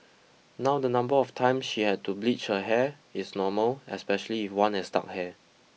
now the number of time she had to bleach her hair is normal especially if one has dark hair